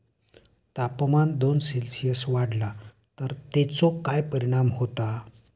तापमान दोन सेल्सिअस वाढला तर तेचो काय परिणाम होता?